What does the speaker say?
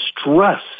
stress